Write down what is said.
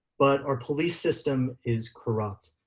but our police system is corrupt.